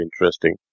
interesting